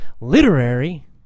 literary